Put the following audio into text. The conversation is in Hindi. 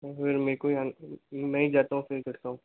फिर मेको ही मैं ही जाता हूँ फिर करता हूँ